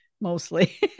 mostly